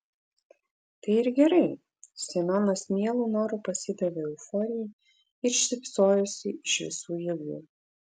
tai ir gerai semionas mielu noru pasidavė euforijai ir šypsojosi iš visų jėgų